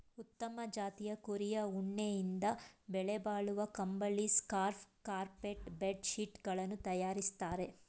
ಉತ್ತಮ ಜಾತಿಯ ಕುರಿಯ ಉಣ್ಣೆಯಿಂದ ಬೆಲೆಬಾಳುವ ಕಂಬಳಿ, ಸ್ಕಾರ್ಫ್ ಕಾರ್ಪೆಟ್ ಬೆಡ್ ಶೀಟ್ ಗಳನ್ನು ತರಯಾರಿಸ್ತರೆ